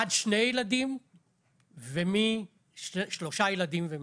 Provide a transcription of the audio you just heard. עד שני ילדים ומשלושה ילדים ומעלה.